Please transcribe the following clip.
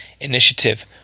Initiative